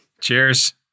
Cheers